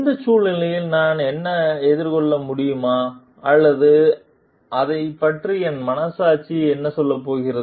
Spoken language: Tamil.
இந்த சூழ்நிலையில் நான் என்னை எதிர்கொள்ள முடியுமா அல்லது அதைப் பற்றி என் மனசாட்சி என்ன சொல்லப் போகிறது